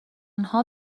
آنها